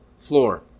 floor